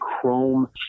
chrome